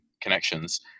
connections